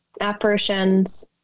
apparitions